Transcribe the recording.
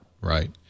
Right